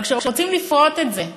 אבל כשרוצים לפרוט את זה,